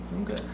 okay